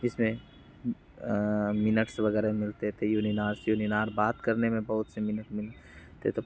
जिसमें मिनट्स वगैरह मिलते थे युनिनार से युनिनार बात करने में बहुत से मिनट मिलते थे